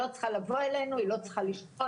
מנגנונים ומענקים כדי לסייע לאוכלוסיות